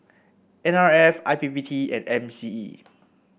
N R F I P P T and M C E